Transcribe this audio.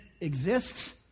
exists